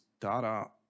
data